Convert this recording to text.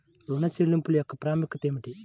ఋణ చెల్లింపుల యొక్క ప్రాముఖ్యత ఏమిటీ?